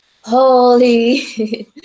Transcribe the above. holy